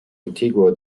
antiguo